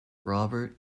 robert